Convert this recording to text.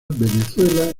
venezuela